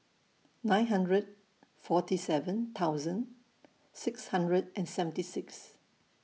nine hundred forty seven thousand six hundred and seventy six